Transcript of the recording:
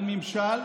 הממשל,